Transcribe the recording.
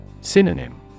Synonym